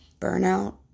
Burnout